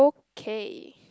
K